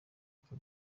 aka